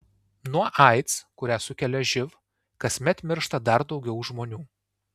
nuo aids kurią sukelia živ kasmet miršta dar daugiau žmonių